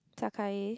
Sakai